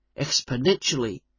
exponentially